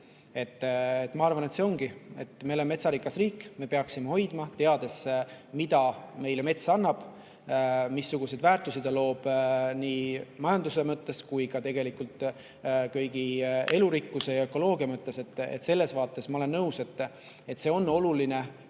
Ma arvan, et see ongi. Me oleme metsarikas riik, me peaksime seda hoidma, teades, mida mets meile annab, missuguseid väärtusi ta loob, nii majanduse mõttes kui ka tegelikult elurikkuse ja ökoloogia mõttes. Selles vaates ma olen nõus, et see on oluline, et me